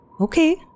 Okay